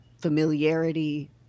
familiarity